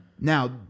Now